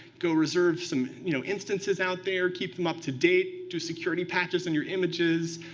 go reserve some you know instances out there, keep them up to date, do security patches in your images,